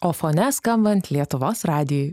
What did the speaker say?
o fone skambant lietuvos radijui